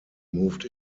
moved